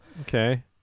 Okay